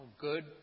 good